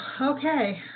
okay